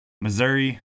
Missouri